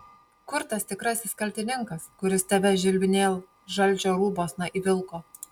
kur tas tikrasis kaltininkas kuris tave žilvinėl žalčio rūbuosna įvilko